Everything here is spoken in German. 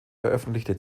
veröffentlichte